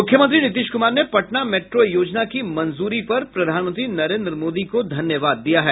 मुख्यमंत्री नीतीश कुमार ने पटना मेट्रो योजना की मंजूरी पर प्रधानमंत्री नरेन्द्र मोदी को धन्यवाद दिया है